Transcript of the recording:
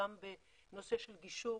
גם בנושא של גישור,